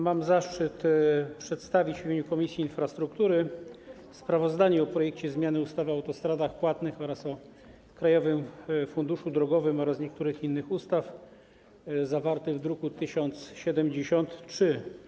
Mam zaszczyt przedstawić w imieniu Komisji Infrastruktury sprawozdanie o projekcie zmiany ustawy o autostradach płatnych oraz o Krajowym Funduszu Drogowym oraz niektórych innych ustaw, zawartym w druku nr 1073.